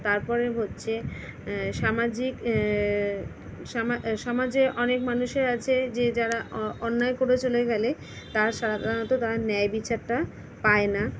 তারপরে হচ্ছে সামাজিক সমাজে অনেক মানুষ আছে যে যারা অন্যায় করে চলে গেলে তারা সাধারণত তার ন্যায় বিচারটা পায় না